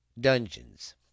dungeons